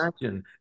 imagine